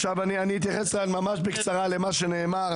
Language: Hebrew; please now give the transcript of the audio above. עכשיו אני אתייחס ממש בקצרה למה שנאמר.